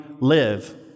live